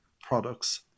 products